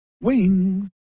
wings